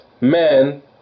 men